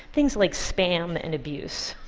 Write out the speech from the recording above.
things like spam and abuse.